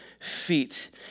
Feet